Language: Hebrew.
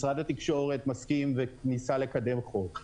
משרד התקשורת מסכים וניסה לקדם חוק.